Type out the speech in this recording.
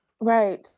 Right